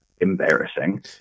embarrassing